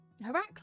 Heracles